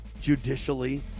judicially